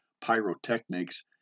pyrotechnics